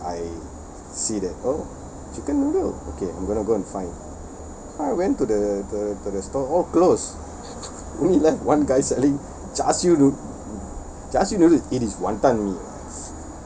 I see that oh chicken noodle okay I'm gonna go and find so I went to the the to the store oh closed only left one guy selling char siew no~ char siew noodles it is wanton mee